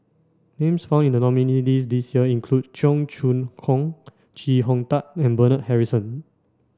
names found in the nominees' list this year include Cheong Choong Kong Chee Hong Tat and Bernard Harrison